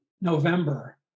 November